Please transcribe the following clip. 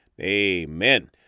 amen